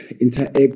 interact